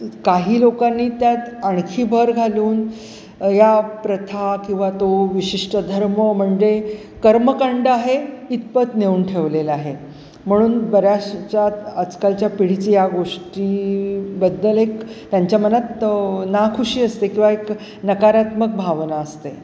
काही लोकांनी त्यात आणखी भर घालून या प्रथा किंवा तो विशिष्ट धर्म म्हणजे कर्मकांड हे इथपत नेऊन ठेवलेलं आहे म्हणून बऱ्याचशा आजकालच्या पिढीची या गोष्टीबद्दल एक त्यांच्या मनात नाखुशी असते किंवा एक नकारात्मक भावना असते